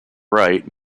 right